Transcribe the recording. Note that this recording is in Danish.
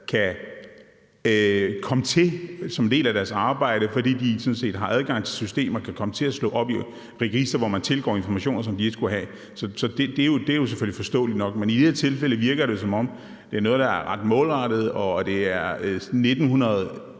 ansatte, der som en del af deres arbejde, fordi de sådan set har adgang til systemer, kan komme til at slå op i registre, hvor de tilgår informationer, som de ikke skulle have; det er jo selvfølgelig forståeligt nok. I det her tilfælde virker det, som om det er noget, der er ret målrettet, og det er 1.900